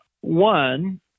One